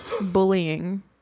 bullying